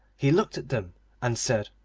he looked at them and said,